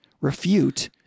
refute